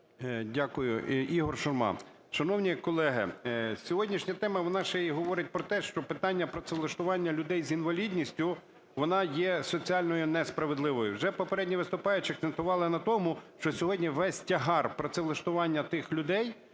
Дякую. Ігор Шурма. Шановні колеги, сьогоднішня тема вона ще й говорить про те, що питання працевлаштування людей з інвалідністю воно є соціально несправедливим. Вже попередні виступаючі акцентували на тому, що сьогодні весь тягар працевлаштування тих людей